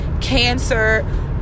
cancer